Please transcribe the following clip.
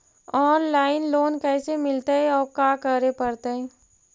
Online loan कैसे मिलतै औ का करे पड़तै?